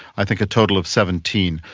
i think a total of seventeen,